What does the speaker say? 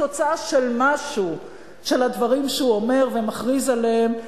תוצאה של משהו של הדברים שהוא אומר ומכריז עליהם,